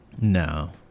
No